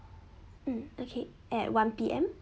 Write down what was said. mm okay at one P_M